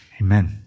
Amen